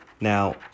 Now